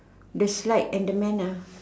the slide and the man nah